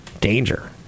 danger